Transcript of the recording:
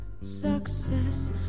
Success